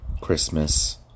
Christmas